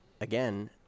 again